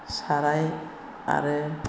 साराय आरो